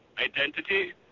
identity